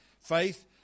Faith